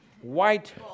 white